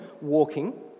walking